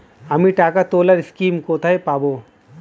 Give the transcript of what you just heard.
আমি টাকা তোলার স্লিপ কোথায় পাবো?